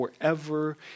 forever